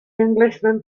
englishman